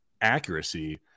accuracy